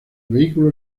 vehículo